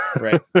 Right